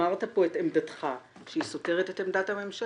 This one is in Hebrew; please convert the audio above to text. אמרת פה את עמדתך שהיא סותרת את עמדת הממשלה.